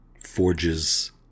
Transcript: forges